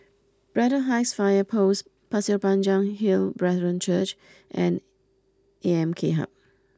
Braddell Heights Fire Post Pasir Panjang Hill Brethren Church and A M K Hub